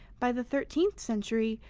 by the thirteenth century,